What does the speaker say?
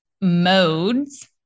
Modes